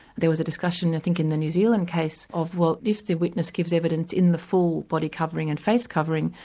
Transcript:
there was a discussion i think in the new zealand case of well, if the witness gives evidence in the full body covering and face covering,